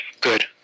Good